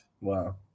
Wow